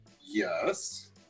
Yes